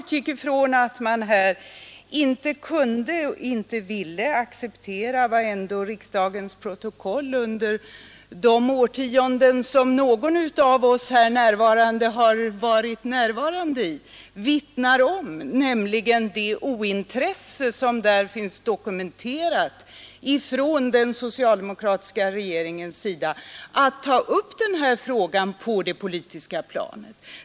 Riksdagens protokoll under de årtionden någon av oss varit här närvarande vittnar om vilket ointresse den socialdemokratiska regeringen visat när det gäller att ta upp denna fråga på det politiska planet. Jag har utgått ifrån att riksdagens protokoll i alla fall ger en korrekt bild av vad som hänt i riksdagen.